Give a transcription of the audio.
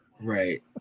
Right